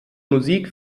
musik